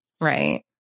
Right